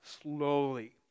slowly